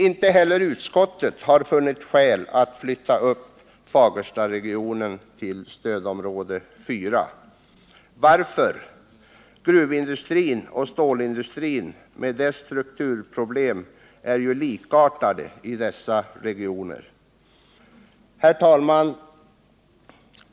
Inte heller utskottet har funnit skäl att flytta upp Fagersta-regionen till stödområde 4. Varför? Gruvoch stålindustrin med dess strukturproblem är ju likartade i dessa regioner. Herr talman!